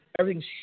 Everything's